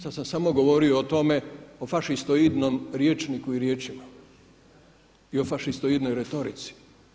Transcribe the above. Sad sam samo govorio o tome o fašistoidnom rječniku i riječima i o fašistoidnoj retorici.